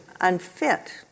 unfit